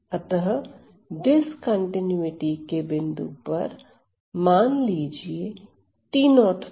अतः डिस्कंटीन्यूटी के बिंदु पर मान लीजिए t0 पर